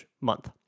month